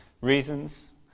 reasons